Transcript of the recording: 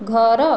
ଘର